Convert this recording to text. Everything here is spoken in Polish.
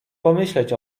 pomyśleć